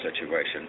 situation